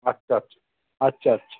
আচ্ছা আচ্ছা আচ্ছা আচ্ছা